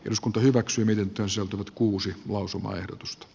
eduskunta hyväksyminen kasautunut kuusi lausumaehdotus d